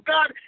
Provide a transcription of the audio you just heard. God